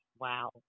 Wow